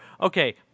Okay